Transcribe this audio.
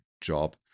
job